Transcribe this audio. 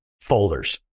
folders